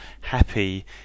happy